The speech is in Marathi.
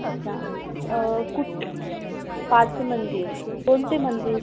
अच्छा कुठं पाच मंदिर कोणते मंदिर